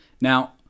Now